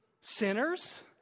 Sinners